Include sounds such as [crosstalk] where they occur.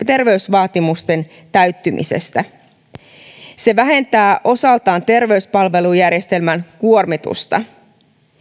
[unintelligible] terveysvaatimusten täyttymisestä se vähentää osaltaan terveyspalvelujärjestelmän kuormitusta